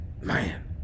Man